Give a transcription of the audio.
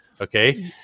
okay